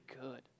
good